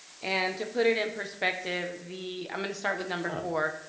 and to put it in perspective the, i'm gonna start with number four.